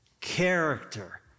Character